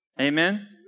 Amen